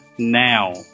Now